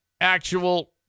actual